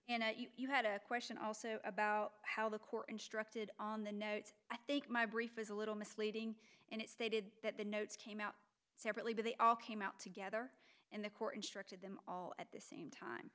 and you had a question also about how the court instructed on the notes i think my brief is a little misleading and it stated that the notes came out separately but they all came out together in the court instructed them all at the same time